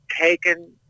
taken